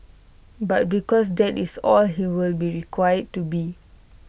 but because that IT is all he will be required to be